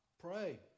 Pray